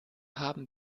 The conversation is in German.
haben